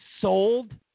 sold